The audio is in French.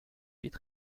suite